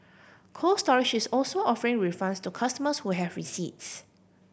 Cold Storage is also offering refunds to customers who have receipts